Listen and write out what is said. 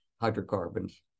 hydrocarbons